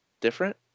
different